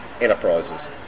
Enterprises